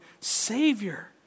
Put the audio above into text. Savior